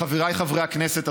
חבריי חברי הכנסת,